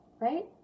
right